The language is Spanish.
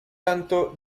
tanto